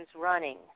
running